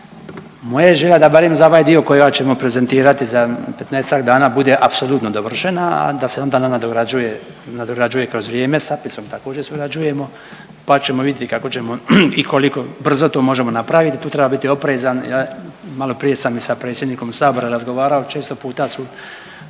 je želja da barem za ovaj dio kojega ćemo prezentirati za 15-ak dana bude apsolutno dovršena, a da se onda ona nadograđuje, nadograđuje kroz vrijeme. S APIS-om također surađujemo, pa ćemo vidjeti kao ćemo i koliko brzo to možemo napraviti. Tu treba biti oprezan. Maloprije sam i sa predsjednikom sabora razgovarao, često puta su,